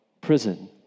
prison